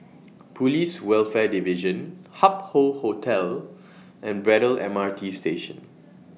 Police Welfare Division Hup Hoe Hotel and Braddell M R T Station